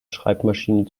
schreibmaschinen